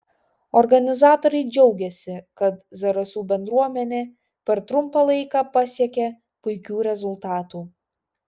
organizatoriai džiaugėsi kad zarasų bendruomenė per trumpą laiką pasiekė puikių rezultatų